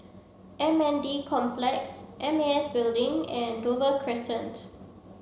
M N D Complex M A S Building and Dover Crescent